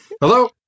Hello